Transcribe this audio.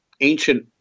ancient